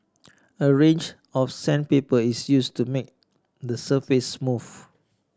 a range of sandpaper is used to make the surface smooth